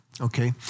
okay